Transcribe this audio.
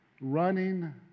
running